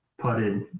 putted